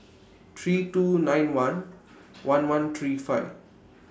three two nine one one one three five